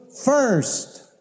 first